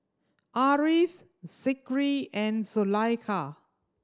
Ariff Zikri and Zulaikha